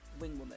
wingwoman